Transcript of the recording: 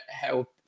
help